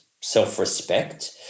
self-respect